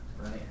right